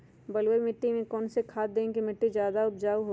बलुई मिट्टी में कौन कौन से खाद देगें की मिट्टी ज्यादा उपजाऊ होगी?